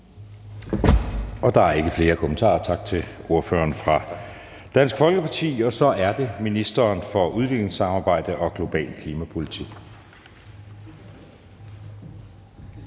Der er ikke flere kommentarer. Tak til ordføreren fra Dansk Folkeparti, og så er det ministeren for udviklingssamarbejde og global klimapolitik.